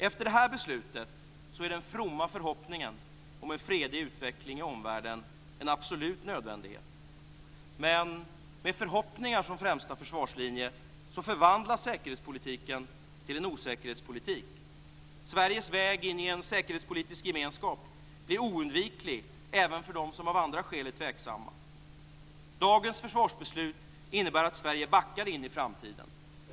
Efter detta beslut är den fromma förhoppningen om en fredlig utveckling i omvärlden en absolut nödvändighet, men med förhoppningar som främsta försvarslinje förvandlas säkerhetspolitiken till en osäkerhetspolitik. Sveriges väg in i en säkerhetspolitisk gemenskap blir oundviklig även för dem som av andra skäl är tveksamma. Dagens försvarsbeslut innebär att Sverige backar in i framtiden.